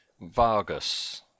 Vargas